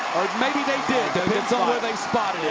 maybe they did. depends on where they spot it.